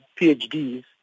PhDs